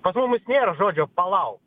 pas mumis nėra žodžio palauk